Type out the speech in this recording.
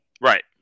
Right